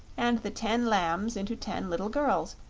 and the ten lambs into ten little girls,